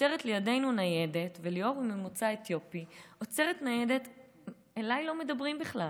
עוצרת לידנו ניידת ואיתי לא מדברים בכלל.